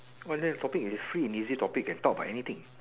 what there is the topic is free and easy topic can talk about anything